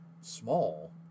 small